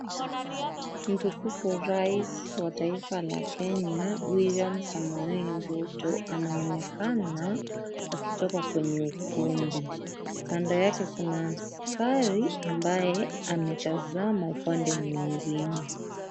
Mtukufu rais wa taifa Kenya William Samoei Ruto anaonekana akitoka kwenye ukumbi, kando yake kuna askari ambaye ametazama upande mwingine.